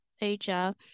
Asia